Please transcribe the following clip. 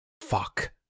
Fuck